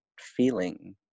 feeling